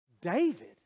David